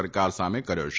સરકાર સામે કર્યો છે